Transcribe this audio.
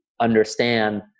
understand